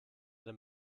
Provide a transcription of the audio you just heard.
den